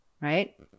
right